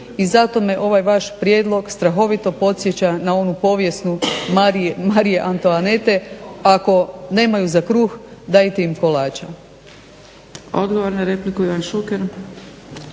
I zato me ovaj vaš prijedlog strahovito podsjeća na onu povijesnu Marie Antoinette, ako nemaju za kruh dajte im kolača.